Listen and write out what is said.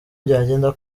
byagenda